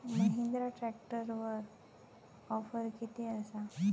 महिंद्रा ट्रॅकटरवर ऑफर किती आसा?